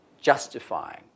justifying